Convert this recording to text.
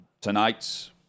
tonight's